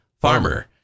farmer